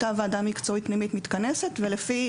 אותה ועדה מקצועית פנימית מתכנסת, ולפי